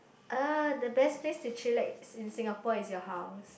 ah the best place to chillax in Singapore is your house